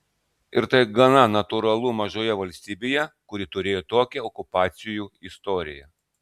ir tai gana natūralu mažoje valstybėje kuri turėjo tokią okupacijų istoriją